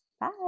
Bye